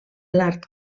l’art